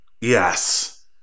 Yes